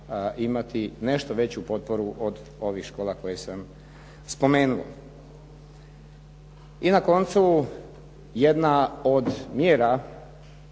nešto veću potporu od ovih škola koje sam spomenuo. I na koncu, jedna od mjera